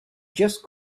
just